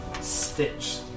stitch